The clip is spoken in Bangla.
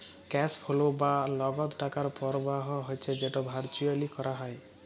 ক্যাশ ফোলো বা লগদ টাকার পরবাহ হচ্যে যেট ভারচুয়ালি ক্যরা হ্যয়